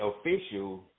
official